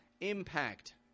impact